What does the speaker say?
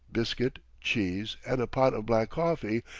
biscuit, cheese, and a pot of black coffee,